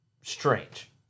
strange